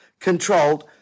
Controlled